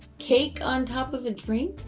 cake on top of a drink?